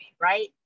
right